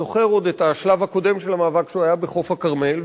זוכר עוד את השלב הקודם של המאבק שהיה בחוף הכרמל.